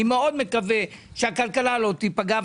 אני מאוד מקווה שהכלכלה לא תיפגע.